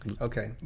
okay